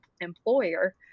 employer